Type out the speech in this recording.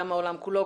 גם העולם כולו,